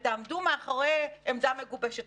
ותעמדו מאחורי עמדה מגובשת.